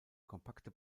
kompakte